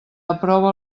aprova